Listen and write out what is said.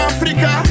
Africa